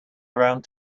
around